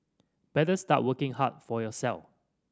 better start working hard for yourself